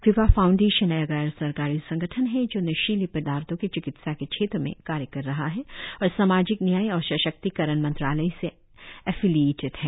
कृपा फाउंडेशन एक गैर सरकारी संगठन है जो नशीली पदार्थों के चिकित्सा के क्षेत्र में कार्य कर रहा है और सामाजिक न्याय और सशक्तीकरण मंत्रालय से एफिलिएटेड है